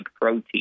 protein